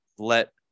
Let